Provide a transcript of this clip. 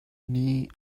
nih